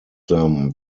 them